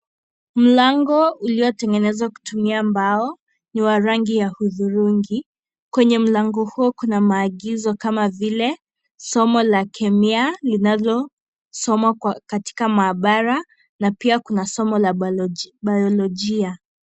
Mlango, uliyotengenezwa kutumia mbao, ni wa rangi ya hudhurungi. Kwenye mlango huo, kuna maagizo kama vile, somo la kemia linalosomwa kwa, katika maabara na pia kuna somo la baloji, bayolojia.